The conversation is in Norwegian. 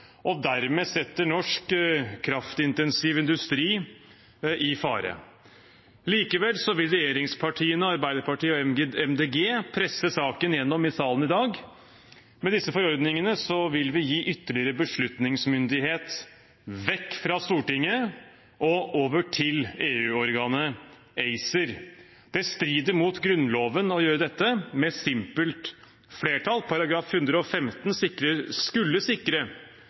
og dermed setter norsk kraftintensiv industri i fare. Likevel vil regjeringspartiene, Arbeiderpartiet og Miljøpartiet De Grønne presse saken gjennom i salen i dag. Med disse forordningene vil vi gi bort ytterligere beslutningsmyndighet fra Stortinget og over til EU-organet ACER. Det strider mot Grunnloven å gjøre dette med simpelt flertall –§ 115 skulle sikre